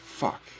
Fuck